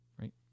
Right